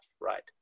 right